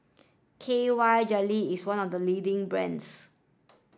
K Y Jelly is one of the leading brands